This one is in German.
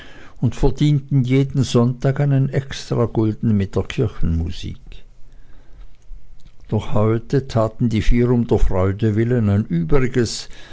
und verdienten jeden sonntag einen extragulden mit der kirchenmusik doch heute taten die vier um der freude willen ein übriges